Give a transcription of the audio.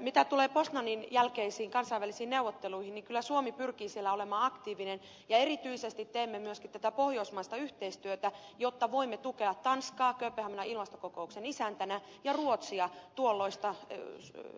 mitä tulee poznanin jälkeisiin kansainvälisiin neuvotteluihin niin kyllä suomi pyrkii siellä olemaan aktiivinen ja erityisesti teemme myöskin pohjoismaista yhteistyötä jotta voimme tukea tanskaa kööpenhaminan ilmastokokouksen isäntänä ja ruotsia tuolloista